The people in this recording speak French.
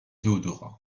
théodora